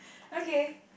okay